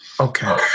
Okay